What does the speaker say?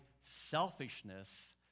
selfishness